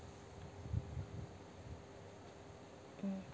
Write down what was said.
mm